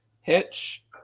hitch